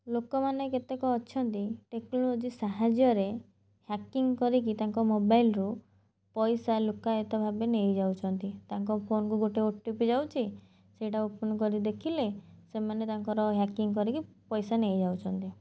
ଲୋକମାନେ କେତେକ ଅଛନ୍ତି ଟେକ୍ନୋଲୋଜି ସାହାଯ୍ୟରେ ହ୍ୟାକିଂ କରିକି ତାଙ୍କ ମୋବାଇଲରୁ ପଇସା ଲୁକାୟିତ ଭାବେ ନେଇ ଯାଉଛନ୍ତି ତାଙ୍କ ଫୋନକୁ ଗୋଟେ ଓ ଟି ପି ଯାଉଛି ସେଇଟା ଓପନ୍ କରି ଦେଖିଲେ ସେମାନେ ତାଙ୍କର ହ୍ୟାକିଂ କରିକି ପଇସା ନେଇ ଯାଉଛନ୍ତି